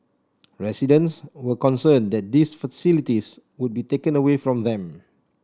residents were concerned that these facilities would be taken away from them